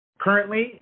Currently